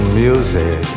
music